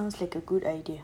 that sounds like a good idea